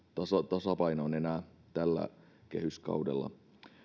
tasapainoon enää tällä kehyskaudella